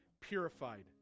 purified